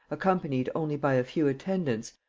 accompanied only by a few attendants,